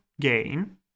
gain